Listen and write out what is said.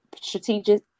Strategic